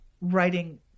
writing